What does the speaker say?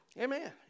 Amen